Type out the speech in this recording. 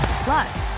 Plus